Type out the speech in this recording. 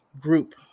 group